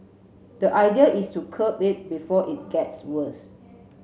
the idea is to curb it before it gets worse